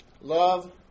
Love